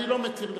אני לא מתיר לך.